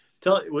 tell